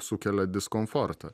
sukelia diskomfortą